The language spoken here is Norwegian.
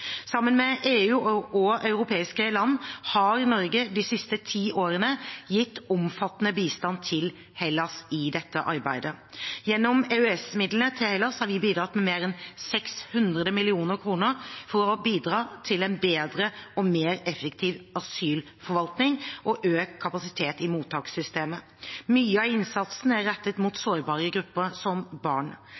Sammen med EU og europeiske land har Norge de siste ti årene gitt omfattende bistand til Hellas i dette arbeidet. Gjennom EØS-midlene til Hellas har vi bidratt med mer enn 600 mill. kr for å bidra til en bedre og mer effektiv asylforvaltning og økt kapasitet i mottakssystemet. Mye av innsatsen er rettet mot sårbare grupper, som barn.